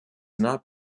not